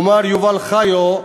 ומר יובל חיו,